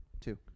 Two